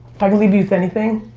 if i can leave you with anything,